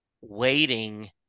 waiting